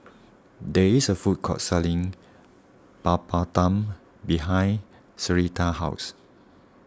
there is a food court selling Papadum behind Syreeta's house